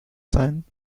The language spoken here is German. sein